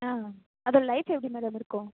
ஆ அதோட லைஃப் எப்படி மேடம் இருக்கும்